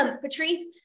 Patrice